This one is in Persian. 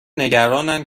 نگرانند